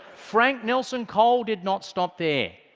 frank nelson cole did not stop there.